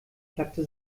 klappte